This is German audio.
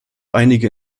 einige